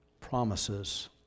promises